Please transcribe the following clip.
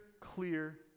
clear